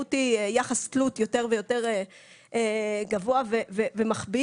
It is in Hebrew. והמשמעות היא יחס תלות יותר ויותר גבוה ומכביד.